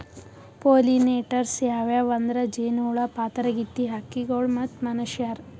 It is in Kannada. ಪೊಲಿನೇಟರ್ಸ್ ಯಾವ್ಯಾವ್ ಅಂದ್ರ ಜೇನಹುಳ, ಪಾತರಗಿತ್ತಿ, ಹಕ್ಕಿಗೊಳ್ ಮತ್ತ್ ಮನಶ್ಯಾರ್